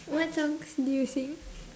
what songs do you sing